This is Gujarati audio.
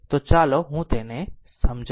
તો ચાલો હું તેને સમજાવું